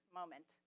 moment